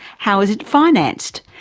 how is it financed,